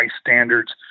standards